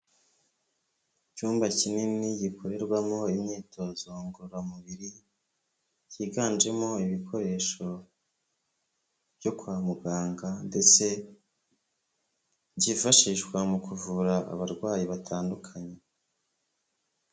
Icyumba kinini gikorerwamo imyitozo ngororamubiri, cyiganjemo ibikoresho byo kwa muganga ndetse byifashishwa mu kuvura abarwayi batandukanye.